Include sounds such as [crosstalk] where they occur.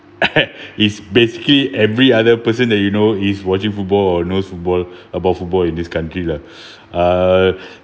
[laughs] it's basically every other person that you know is watching football or knows football about football in this country lah uh